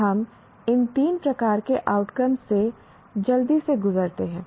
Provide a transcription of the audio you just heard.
अब हम इन तीन प्रकार के आउटकम से जल्दी से गुजरते हैं